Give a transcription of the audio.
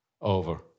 over